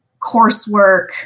coursework